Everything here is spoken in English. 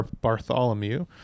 Bartholomew